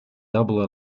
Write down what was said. double